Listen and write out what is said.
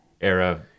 era